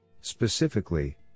Specifically